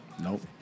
Nope